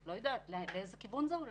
לא יודעת לאיזה כיוון זה הולך.